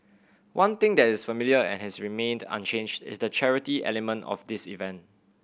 one thing that is familiar and has remained unchanged is the charity element of this event